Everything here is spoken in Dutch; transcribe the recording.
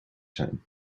zijn